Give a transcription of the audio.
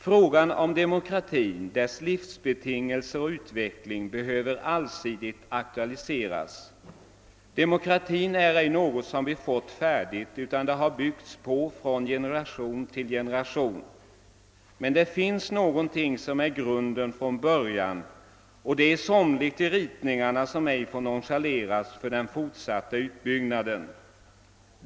Frågan om demokratin, dess livsbetingelser och utveckling behöver allsidigt aktualiseras. Demokratin är inte något som vi fått färdigt, utan den har byggts på från generation till generation, men det finns någonting som har varit grunden från början, och det är somligt i ritningarna som inte får nonchaleras i den fortsatta utbyggnaden.